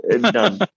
Done